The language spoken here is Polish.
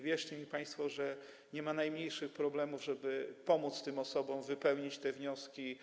Wierzcie mi, państwo, że nie ma najmniejszych problemów, żeby tym osobom pomóc wypełnić te wnioski.